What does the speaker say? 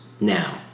now